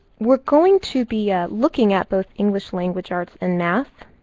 we're going to be looking at both english language arts and math.